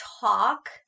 talk